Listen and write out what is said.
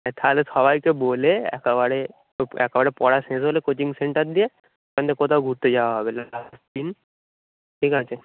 হ্যাঁ তাহলে সবাইকে বলে একেবারে একেবারে পড়া শেষ হলে কোচিং সেন্টার দিয়ে ওখান দিয়ে কোথাও ঘুরতে যাওয়া হবে লাস্ট দিন ঠিক আছে